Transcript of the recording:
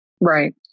right